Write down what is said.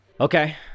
Okay